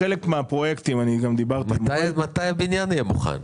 מתי הבניין יהיה מוכן?